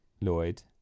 Lloyd